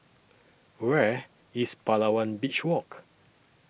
Where IS Palawan Beach Walk